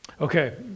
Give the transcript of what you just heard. Okay